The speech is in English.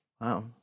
Wow